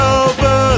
over